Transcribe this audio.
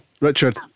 Richard